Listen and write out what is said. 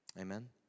Amen